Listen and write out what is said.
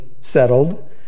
settled